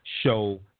show